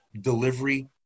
delivery